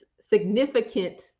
significant